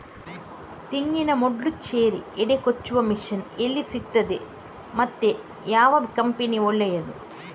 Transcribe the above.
ತೆಂಗಿನ ಮೊಡ್ಲು, ಚೇರಿ, ಹೆಡೆ ಕೊಚ್ಚುವ ಮಷೀನ್ ಎಲ್ಲಿ ಸಿಕ್ತಾದೆ ಮತ್ತೆ ಯಾವ ಕಂಪನಿ ಒಳ್ಳೆದು?